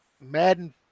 Madden